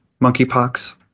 monkeypox